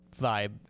vibe